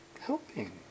Helping